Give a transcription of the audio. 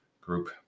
group